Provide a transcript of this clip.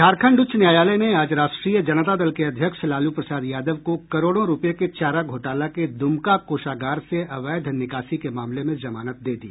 झारखंड उच्च न्यायालय ने आज राष्ट्रीय जनता दल के अध्यक्ष लालू प्रसाद यादव को करोड़ों रूपये के चारा घोटाले के दुमका कोषागार से अवैध निकासी के मामले में जमानत दे दी